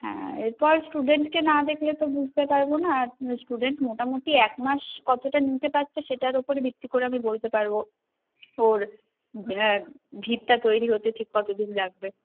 হ্যাঁ এরপর স্টুডেন্টকে না দেখলে তো বুঝতে পারব না আর স্টুডেন্ট মোটামুটি এক মাস কতটা নিতে পারছে সেটার উপরে ভিত্তি করে আমি বলতে পারব ওর হ্যাঁ ভিতটা তৈরী হতে ঠিক কতদিন লাগবে